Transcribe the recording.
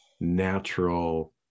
natural